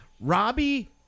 Robbie